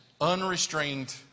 unrestrained